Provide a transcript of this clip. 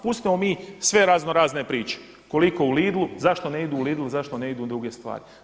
Pustimo mi sve razno razne priče koliko u Lidlu, zašto ne idu u Lidl, zašto ne idu druge stvari.